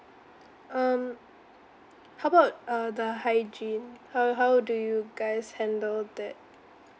um how about uh the hygiene how how do you guys handle that